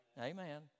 Amen